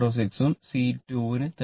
106 ഉം C2 ന് 37